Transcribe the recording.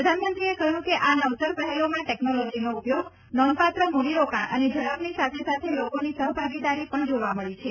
પ્રધાનમંત્રીએ કહ્યું કે આ નવતર પહેલોમાં ટેકનોલોજીનો ઉપયોગ નોંધપાત્ર મ્રડીરોકાણ અને ઝડપની સાથે સાથે લોકોની સહભાગીદારી પણ જોવા મળી છે